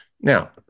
Now